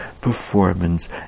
performance